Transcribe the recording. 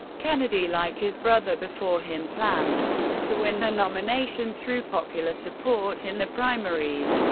kennedy, like his brother before him, planned to win the nomination through popular support in the primaries.